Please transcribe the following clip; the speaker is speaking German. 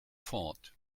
fort